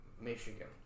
Michigan